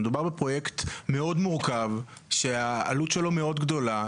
מדובר בפרויקט מאוד מורכב שהעלות שלו מאוד גדולה,